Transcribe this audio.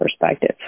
perspective